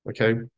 Okay